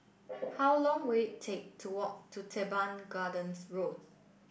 how long will it take to walk to Teban Gardens Road